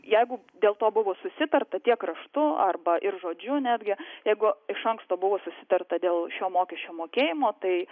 jeigu dėl to buvo susitarta tiek raštu arba ir žodžiu netgi jeigu iš anksto buvo susitarta dėl šio mokesčio mokėjimo tai